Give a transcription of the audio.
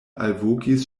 alvokis